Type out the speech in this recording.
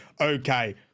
okay